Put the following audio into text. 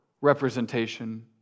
representation